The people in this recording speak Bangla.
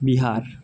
বিহার